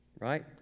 right